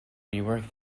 rework